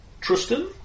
Tristan